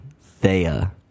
Thea